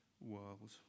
world